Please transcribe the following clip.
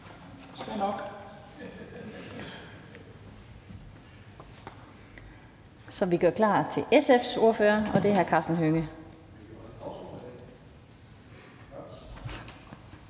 så vi kan gøre klar til SF's ordfører. Og det er hr. Karsten Hønge.